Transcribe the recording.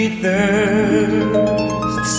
thirst